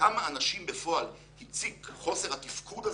לכמה אנשים בפועל הציק חוסר התפקוד הזה,